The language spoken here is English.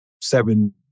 seven